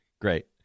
Great